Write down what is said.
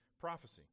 prophecy